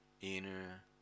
inner